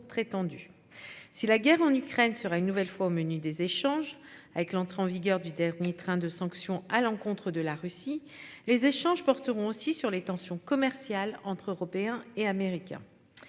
Si la guerre en Ukraine sera une nouvelle fois au menu des échanges avec l'entrée en vigueur du dernier train de sanctions à l'encontre de la Russie, les échanges porteront aussi sur les tensions commerciales entre Européens et Américains.